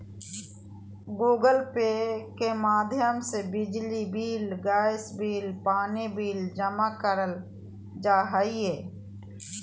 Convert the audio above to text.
Google Pay के माध्यम से बिजली बिल, गैस बिल, पानी बिल जमा करल जा हय